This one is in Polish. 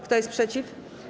Kto jest przeciw?